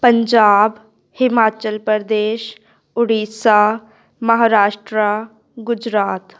Punjab Himachal Pradesh Orissa Maharashtra Gujarat